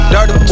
Dirty